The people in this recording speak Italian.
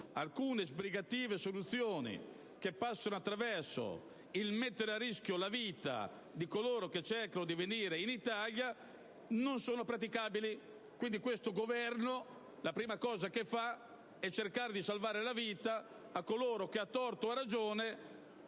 alcune sbrigative soluzioni che passano attraverso il mettere a rischio la vita di coloro che cercano di venire in Italia non sono praticabili. Quindi, la prima cosa che fa il Governo è quella di cercare di salvare la vita a coloro che, a torto o a ragione,